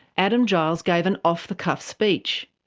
adam giles gave an off-the-cuff speech.